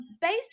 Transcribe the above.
based